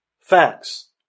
facts